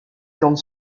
cornes